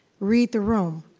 read the room,